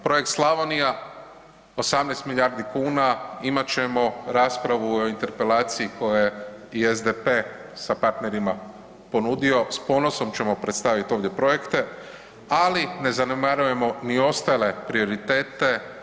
Projekt Slavonija 18 milijardi kuna imat ćemo raspravu o interpelaciji koju je i SDP sa partnerima ponudio, s ponosom ćemo predstavit ovdje projekte, ali ne zanemarujemo ni ostale prioritete.